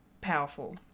powerful